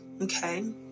Okay